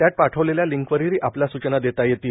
त्यात पाठवलेल्या लिंकवरही आपल्या सूचना देता येतील